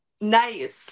Nice